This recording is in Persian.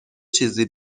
چیزی